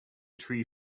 tree